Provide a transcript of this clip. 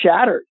shattered